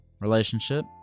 relationship